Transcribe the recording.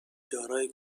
دارای